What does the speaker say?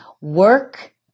Work